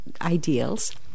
ideals